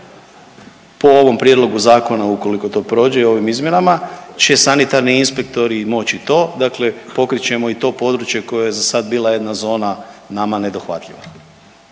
po ovom prijedlogu zakona ukoliko to prođe i ovim izmjenama će sanitarni inspektori moći to. Dakle, pokrit ćemo i to područje koje je za sad bila jedna zona nama nedohvatljiva.